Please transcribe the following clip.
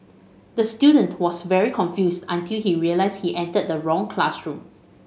the student was very confused until he realised he entered the wrong classroom